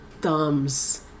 thumbs